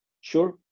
Sure